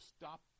stop